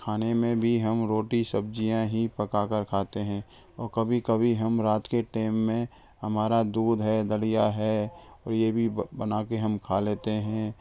खाने में भी हम रोटी सब्जियाँ ही पका कर खाते हैं और कभी कभी हम रात के टेम में हमारा दूध है दलिया है और यह भी बना के हम खा लेते हैं